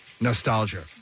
nostalgia